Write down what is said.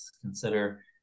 consider